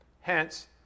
Hence